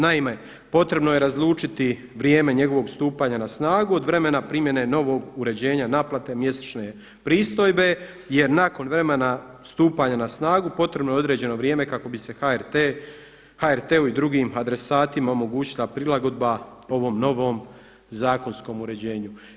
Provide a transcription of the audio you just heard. Naime, potrebno je razlučiti vrijeme njegovog stupanja na snagu od vremena primjene novog uređenja naplate mjesečne pristojbe jer nakon vremena stupanja na snagu potrebno je određeno vrijeme kako bi se HRT-u i drugim adresatima omogućila prilagodbe ovom novom zakonskom uređenju.